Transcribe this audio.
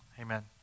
Amen